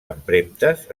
empremtes